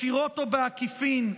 ישירות או בעקיפין,